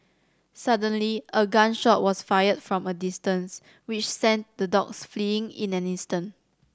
suddenly a gun shot was fired from a distance which sent the dogs fleeing in an instant